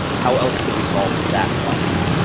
how else could we solve that problem